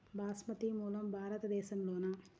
బాస్మతి మూలం భారతదేశంలోనా?